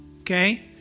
Okay